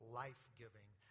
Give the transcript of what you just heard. life-giving